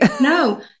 No